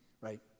right